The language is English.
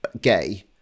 gay